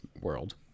world